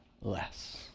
less